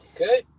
Okay